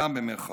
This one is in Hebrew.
גם במירכאות.